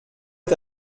est